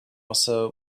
also